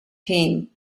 him